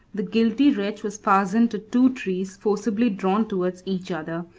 the guilty wretch was fastened to two trees forcibly drawn towards each other,